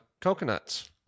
Coconuts